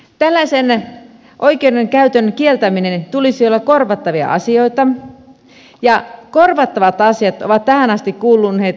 tällaisen oikeuden käytön kieltämisen tulisi olla korvattava asia ja korvattavat asiat ovat tähän asti kuuluneet luonnonsuojelulakiin